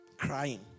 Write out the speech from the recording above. crying